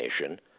nation